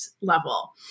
level